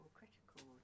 critical